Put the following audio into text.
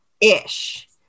Ish